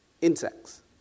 insects